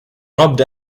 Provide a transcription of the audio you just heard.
robbed